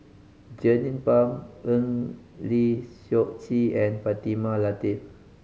Jernnine Pang Eng Lee Seok Chee and Fatimah Lateef